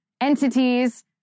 entities